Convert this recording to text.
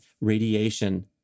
radiation